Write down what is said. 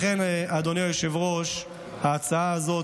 לכן ההצעה הזאת